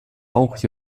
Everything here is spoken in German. auch